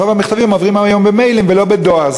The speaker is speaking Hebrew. רוב המכתבים עוברים היום במיילים ולא בדואר,